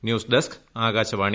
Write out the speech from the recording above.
news desk Akashvani